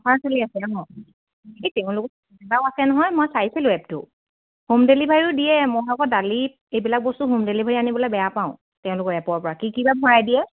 offer চলি আছে এই তেওঁলোক আছে নহয় মই চাইছিলোঁ এপটো হোম ডেলিভাৰীও দিয়ে মই আকৌ দালি এইবিলাক বস্তু হোম ডেলিভাৰী আনিবলৈ বেয়া পাওঁ তেওঁলোকৰ এপৰ পৰা কি কি বা ভৰাই দিয়ে